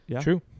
True